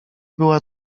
była